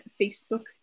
facebook